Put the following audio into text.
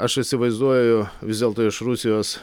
aš įsivaizduoju vis dėlto iš rusijos